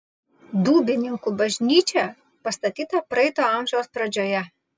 dūbininkų bažnyčia pastatyta praeito amžiaus pradžioje